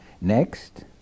Next